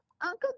Uncle